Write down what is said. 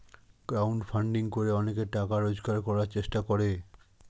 crowd funding করে অনেকে টাকা রোজগার করার চেষ্টা করে